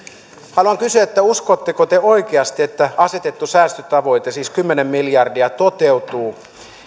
haluan kysyä uskotteko te oikeasti että asetettu säästötavoite siis kymmenen miljardia toteutuu